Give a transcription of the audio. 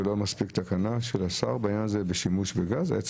לא מספיקה תקנה של השר בעניין הזה לשימוש בגז?